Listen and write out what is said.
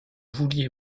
vouliez